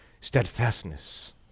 steadfastness